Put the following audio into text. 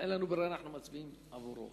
אין לנו ברירה, אנחנו מצביעים עבורו.